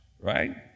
right